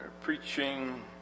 preaching